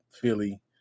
Philly